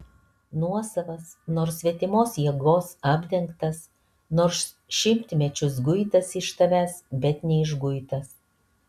nuosavas nors svetimos jėgos apdengtas nors šimtmečius guitas iš tavęs bet neišguitas